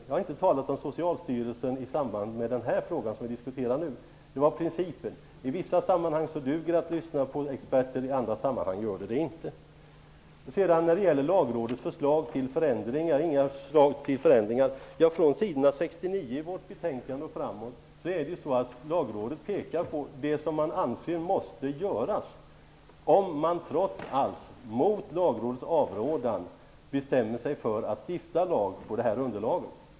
Jag har inte talat om Socialstyrelsen i samband med den fråga som vi diskuterar nu. Det var principen jag tog upp. I vissa sammanhang duger det att lyssna på experter. I andra sammanhang gör det inte det. Elisabeth Persson säger att Lagrådet inte föreslår några förändringar. På s. 69 och framåt i vårt betänkande pekar Lagrådet på det som man anser måste göras, om vi trots allt mot Lagrådets avrådan bestämmer oss för att stifta lag på detta underlag.